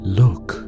look